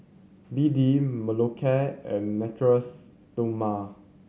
B D Molicare and Natura Stoma